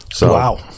Wow